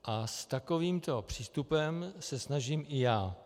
A s takovýmto přístupem se snažím i já.